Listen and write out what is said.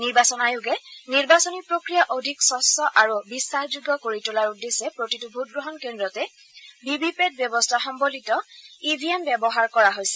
নিৰ্বাচন আয়োগে নিৰ্বাচনী প্ৰক্ৰিয়া অধিক স্বচ্ছ আৰু বিশ্বাসযোগ্য কৰি তোলাৰ উদ্দেশ্যে প্ৰতিটো ভোটগ্ৰহণ কেন্দ্ৰতে ভি ভি পেট ব্যৱস্থা সম্বলিত ই ভি এম ব্যৱহাৰ কৰা হৈছে